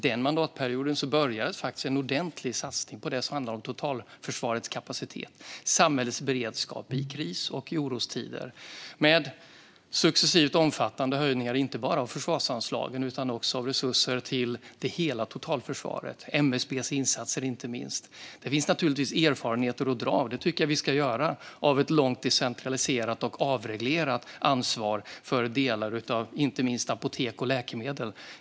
Den mandatperioden började faktiskt en ordentlig satsning på det som handlar om totalförsvarets kapacitet och samhällets beredskap i kris och i orostider med successivt omfattande höjningar inte bara av försvarsanslagen utan också av resurser till hela totalförsvaret - det gäller inte minst MSB:s insatser. Det finns naturligtvis lärdomar att dra - och det tycker jag att vi ska göra - av ett långt decentraliserat och avreglerat ansvar för delar av inte minst apotek och läkemedel.